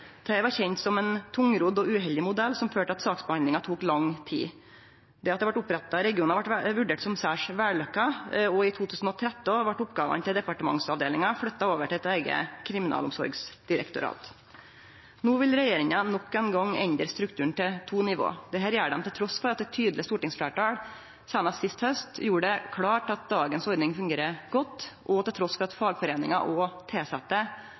var kjent som ein tungrodd og uheldig modell, som førte til at saksbehandlinga tok lang tid. Det at det vart oppretta regionar, vart vurdert som særs vellykka, og i 2013 vart oppgåvene til departementsavdelinga flytta over til eit eige kriminalomsorgsdirektorat. No vil regjeringa nok ein gong endre strukturen til to nivå. Dette gjer dei trass i at eit tydeleg stortingsfleirtal seinast sist haust gjorde det klart at dagens ordning fungerer godt, og trass i at fagforeiningar og tilsette